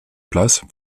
place